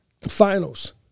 finals